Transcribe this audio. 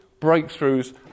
breakthroughs